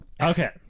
Okay